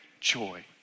joy